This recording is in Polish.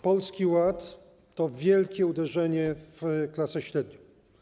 Polski Ład to wielkie uderzenie w klasę średnią.